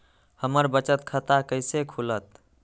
हमर बचत खाता कैसे खुलत?